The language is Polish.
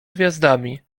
gwiazdami